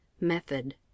METHOD